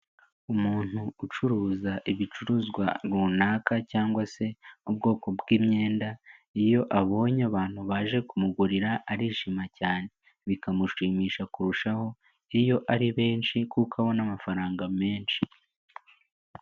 Umuntu ucuruza ibicuruzwa runaka cyangwa se, ubwoko bw'imyenda, iyo abonye abantu baje kumugurira arishima cyane. Bikamushimisha kurushaho, iyo ari benshi kuko abona amafaranga menshi.